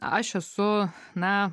aš esu na